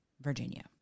Virginia